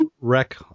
wreck